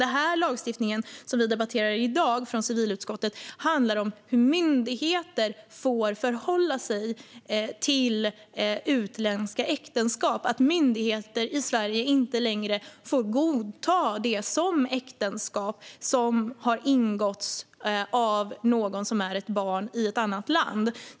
Det förslag till lagstiftning från civilutskottet som vi debatterar i dag handlar om hur myndigheter får förhålla sig till utländska äktenskap. Myndigheter i Sverige ska inte längre få godta äktenskap som ett barn har ingått i ett annat land.